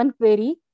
query